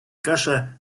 каша